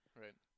right